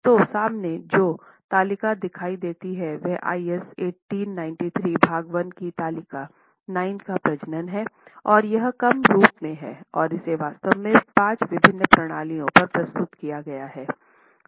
तो सामने जो तालिका दिखाई देती है वह आईएस 1893 भाग 1 की तालिका 9 का प्रजनन है और यह कम रूप में है कि इसे वास्तव में 5 विभिन्न प्रणालियों पर प्रस्तुत किया है